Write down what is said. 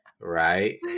right